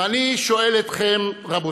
ואני שואל אתכם, רבותיי,